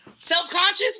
Self-conscious